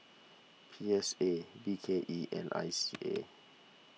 P S A B K E and I C A